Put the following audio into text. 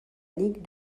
ligue